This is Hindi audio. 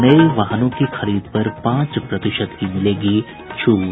नये वाहनों की खरीद पर पांच प्रतिशत की मिलेगी छूट